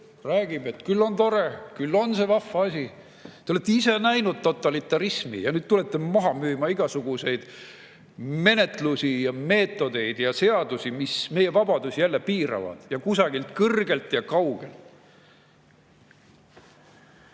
räägib, et küll on tore, küll on see vahva asi. Te olete ise näinud totalitarismi, aga nüüd tulete [meile] müüma igasuguseid menetlusi ja meetodeid ja seadusi, mis meie vabadusi jälle piiravad kusagilt kõrgelt ja kaugelt.